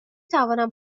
توانم